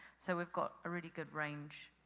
so, we've got a really good range.